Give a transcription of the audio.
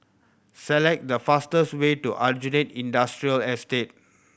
select the fastest way to Aljunied Industrial Estate